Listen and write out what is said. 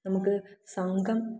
നമുക്ക് സംഘം